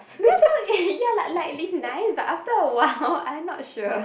ya no ya like like it's nice but after awhile I not sure